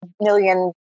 million